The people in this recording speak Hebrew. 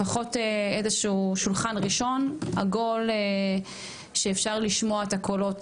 לפחות שולחן עגול ראשון שאפשר לשמוע את הקולות